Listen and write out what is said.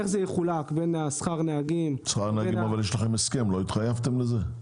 עם שכר נהגים יש לכם הסכם, לא התחייבתם לזה?